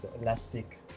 elastic